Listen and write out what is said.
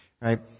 Right